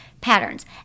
patterns